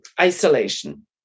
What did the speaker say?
isolation